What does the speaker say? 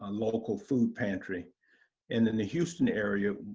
ah local food pantry. and in the houston area,